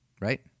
right